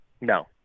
No